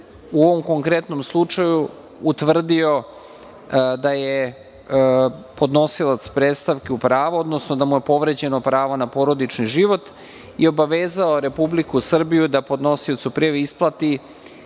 u ovom konkretnom slučaju utvrdio da je podnosilac predstavke u pravu, odnosno da mu je povređeno pravo na porodični život i obavezao Republiku Srbiju da podnosiocu prijave isplati